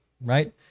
Right